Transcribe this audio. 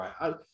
right